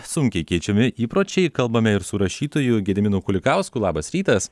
sunkiai keičiami įpročiai kalbame ir su rašytoju gediminu kulikausku labas rytas